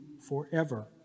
forever